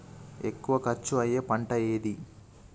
ఎక్కువ ఖర్చు అయ్యే పంటేది?